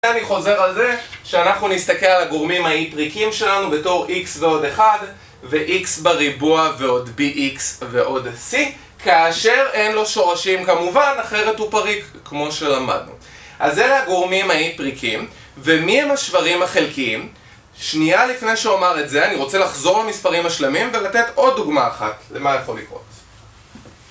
ואני חוזר על זה שאנחנו נסתכל על הגורמים האי פריקים שלנו בתור x ועוד 1 וx בריבוע ועוד bx ועוד c, כאשר אין לו שורשים כמובן, אחרת הוא פריק כמו שלמדנו. אז אלה הגורמים האי פריקים, ומי הם השברים החלקיים? שנייה לפני שאומר את זה אני רוצה לחזור למספרים השלמים ולתת עוד דוגמה אחת למה יכול לקרות